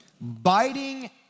Biting